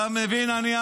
אתם מבינים איך זה עובד?